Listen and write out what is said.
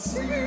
See